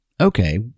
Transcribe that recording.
okay